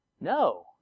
No